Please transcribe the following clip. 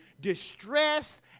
distress